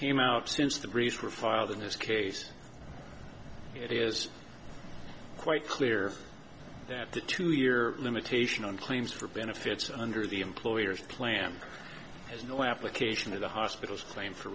came out since the reason were filed in this case it is quite clear that the two year limitation on claims for benefits under the employer's plan has no application to the hospital's claim for